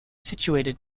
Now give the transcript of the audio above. situated